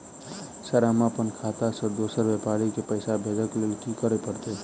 Sir हम अप्पन खाता सऽ दोसर व्यापारी केँ पैसा भेजक लेल की करऽ पड़तै?